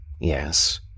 yes